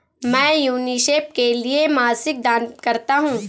मैं यूनिसेफ के लिए मासिक दान करता हूं